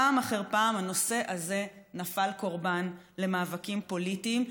פעם אחר פעם הנושא הזה נפל קורבן למאבקים פוליטיים,